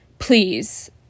Please